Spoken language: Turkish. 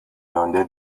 yönde